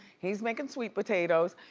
he's making sweet potatoes,